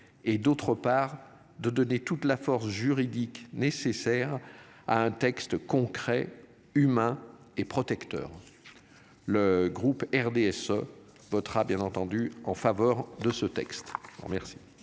et d'autre part de donner toute la force juridique nécessaire à un texte concret humain et protecteur. Le groupe RDSE votera bien entendu en faveur de ce texte. Merci.